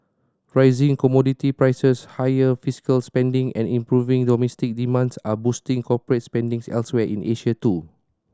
rising commodity prices higher fiscal spending and improving domestic demand are boosting corporate spending elsewhere in Asia too